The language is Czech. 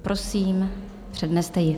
Prosím, předneste ji.